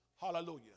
Hallelujah